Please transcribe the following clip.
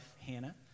Hannah